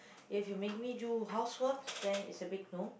if you make me do housework then it's a big no